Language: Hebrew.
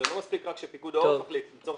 זה לא מספיק שרק פיקוד העורף יחליט אלא לצורך